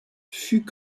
fut